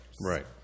Right